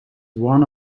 one